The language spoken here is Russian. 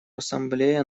ассамблея